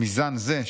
מזן זה,